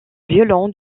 violon